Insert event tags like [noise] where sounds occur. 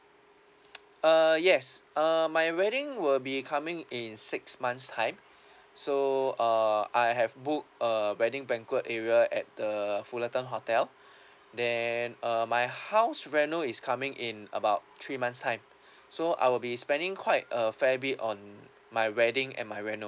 [noise] uh yes uh my wedding will be coming in six months time [breath] so uh I have booked a wedding banquet area at the fullerton hotel [breath] then uh my house reno is coming in about three months time [breath] so I will be spending quite a fair bit on my wedding and my reno